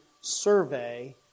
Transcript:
survey